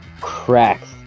cracks